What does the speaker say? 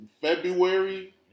February –